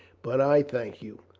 but i thank you.